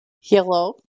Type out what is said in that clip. Hello